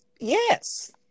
Yes